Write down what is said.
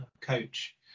coach